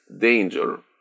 danger